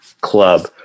club